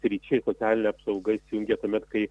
sričiai ir socialinė apsauga įsijungia tuomet kai